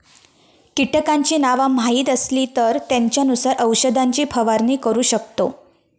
कीटकांची नावा माहीत असली तर त्येंच्यानुसार औषधाची फवारणी करू शकतव